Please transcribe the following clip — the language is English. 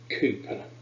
cooper